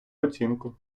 оцінку